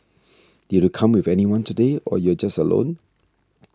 did you come with anyone today or you're just alone